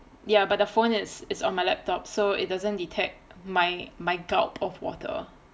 ya but the phone it's it's on my laptop so it doesn't detect my my gulp of water